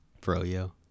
fro-yo